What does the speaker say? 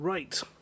right